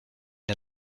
une